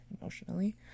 emotionally